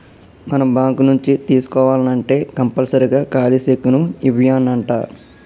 మనం బాంకు నుంచి తీసుకోవాల్నంటే కంపల్సరీగా ఖాలీ సెక్కును ఇవ్యానంటా